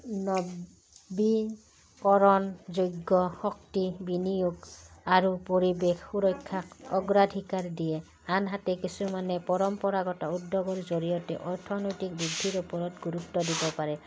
নৱীকৰণ যোগ্য শক্তি বিনিয়োগ আৰু পৰিৱেশ সুৰক্ষাক অগ্ৰধিকাৰ দিয়ে আনহাতে কিছুমানে পৰম্পৰাগত উদ্যোগৰ জৰিয়তে অৰ্থনৈতিক বৃদ্ধিৰ ওপৰত গুৰুত্ব দিব পাৰে